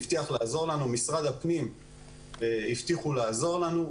שהבטיח לעזור לנו במשרד הפנים הבטיחו לעזור לנו.